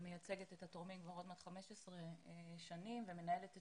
מייצגת את התורמים כבר עוד מעט 15 שנים ומנהלת את